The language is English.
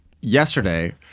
yesterday